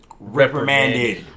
Reprimanded